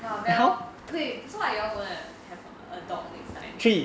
!wah! dell wait so are you all going to have a dog next time